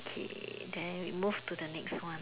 okay then we move to the next one